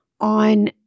on